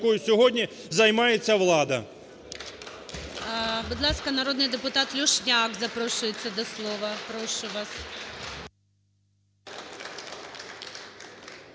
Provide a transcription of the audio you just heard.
якою сьогодні займається влада. ГОЛОВУЮЧИЙ. Будь ласка, народний депутат Люшняк запрошується до слова, прошу вас.